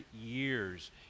years